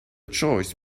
choice